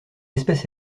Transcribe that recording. espèce